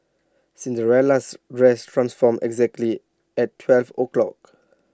Cinderella's dress transformed exactly at twelve o'clock